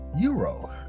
Euro